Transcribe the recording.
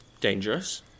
Dangerous